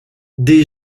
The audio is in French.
des